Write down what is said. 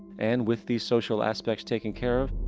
and with these social aspects taking care of,